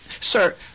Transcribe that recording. Sir